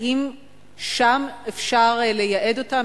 האם שם אפשר לייעד אותם?